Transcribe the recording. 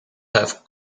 have